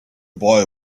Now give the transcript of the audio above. boy